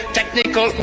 technical